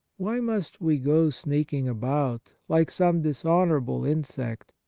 why must we go sneaking about, like some dishonourable insect,